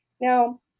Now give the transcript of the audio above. Now